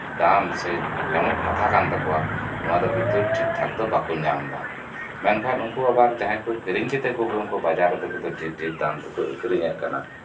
ᱫᱟᱢ ᱥᱮ ᱮᱢᱚᱜ ᱠᱟᱛᱷᱟ ᱠᱟᱱ ᱛᱟᱠᱚᱣᱟ ᱱᱚᱣᱟ ᱫᱚ ᱠᱤᱱᱛᱩ ᱴᱷᱤᱠ ᱴᱷᱟᱠ ᱫᱚ ᱵᱟᱠᱚ ᱧᱟᱢ ᱫᱟ ᱢᱮᱱᱠᱷᱟᱱ ᱩᱱᱠᱩ ᱟᱵᱟᱨ ᱡᱟᱦᱟᱸᱭ ᱠᱚ ᱠᱤᱨᱤᱧ ᱠᱟᱛᱮᱜ ᱠᱚ ᱵᱟᱡᱟᱨ ᱮᱫᱟ ᱰᱷᱮᱨ ᱰᱷᱮᱨ ᱫᱟᱢ ᱛᱮᱠᱚ ᱟᱠᱷᱨᱤᱧᱮᱜ ᱠᱟᱱᱟ